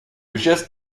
geste